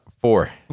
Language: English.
four